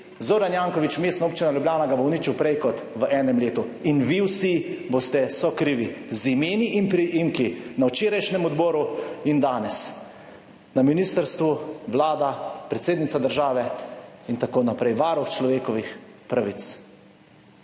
Zoran Janković, Mestna občina Ljubljana ga bo uničil prej kot v enem letu in vi vsi boste sokrivi z imeni in priimki. Na včerajšnjem odboru in danes na ministrstvu, Vlada, predsednica države in tako naprej, varuh človekovih pravic,